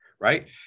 right